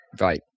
Right